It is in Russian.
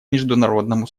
международному